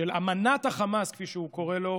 אמנת החמאס, כפי שהוא קורא לה: